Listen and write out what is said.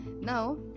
Now